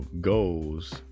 goals